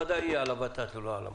אז זה בוודאי יהיה על הות"ת ולא על המל"ג.